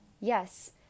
Yes